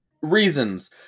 Reasons